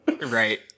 Right